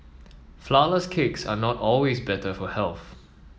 flourless cakes are not always better for health